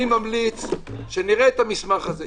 אני ממליץ שנראה את המסמך הזה.